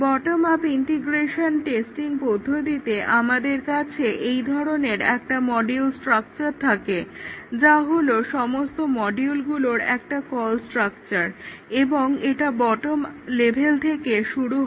bottom up integration testing পদ্ধতিতে আমাদের কাছে এই ধরনের মডিউল স্ট্রাকচার থাকে যা হলো সমস্ত মডিউলগুলোর একটা কল স্ট্রাকচার এবং এটা বটম লেভেল থেকে শুরু হয়